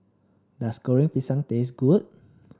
does Goreng Pisang taste good